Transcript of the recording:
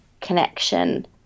connection